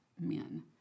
men